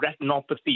retinopathy